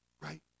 right